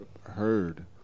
heard